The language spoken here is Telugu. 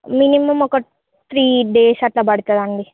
మినిమమ్ ఒక త్రీ డేస్ అట్లా పడతదండి